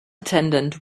attendant